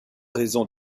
raison